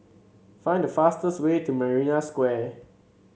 find the fastest way to Marina Square